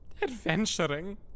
Adventuring